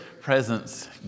presence